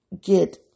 get